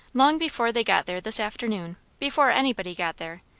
long before they got there this afternoon, before anybody got there,